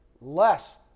less